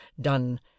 done